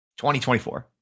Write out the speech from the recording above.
2024